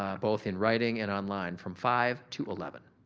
um both in writing and online from five to eleven.